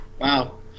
Wow